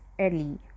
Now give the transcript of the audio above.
early